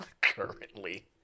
currently